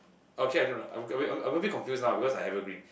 okay I don't know I'm I'm I'm a bit confused now because I evergreen